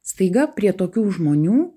staiga prie tokių žmonių